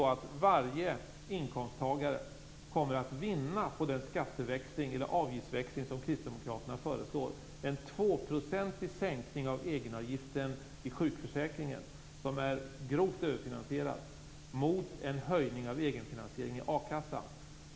Varje inkomsttagare kommer att vinna på den avgiftsväxling som kristdemokraterna föreslår. Det blir en tvåprocentig sänkning av egenavgiften i sjukförsäkringen - som är grovt överfinansierad - mot en höjning av egenfinansieringen i a-kassan.